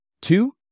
Two